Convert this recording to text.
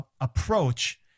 approach